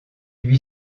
lui